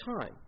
time